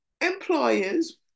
employers